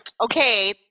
okay